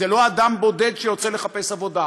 זה לא אדם יחיד שיוצא לחפש עבודה,